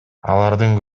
алардын